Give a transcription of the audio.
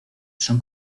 son